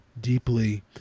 deeply